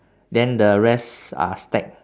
then the rest are stacked